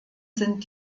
sind